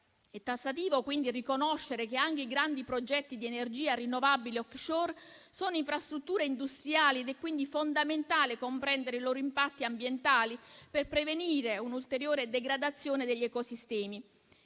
È tassativo quindi riconoscere che anche i grandi progetti di energia rinnovabile *offshore* sono infrastrutture industriali. È pertanto fondamentale comprendere i loro impatti ambientali, per prevenire un'ulteriore degradazione degli ecosistemi.